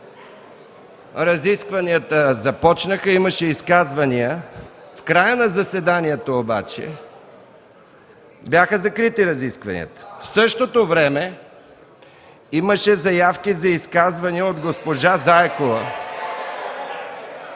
Разискванията започнаха, имаше изказвания. В края на заседанието обаче бяха закрити. В същото време имаше заявки за изказвания от госпожа Заякова